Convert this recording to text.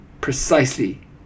precisely